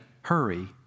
hurry